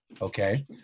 okay